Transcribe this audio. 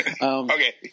Okay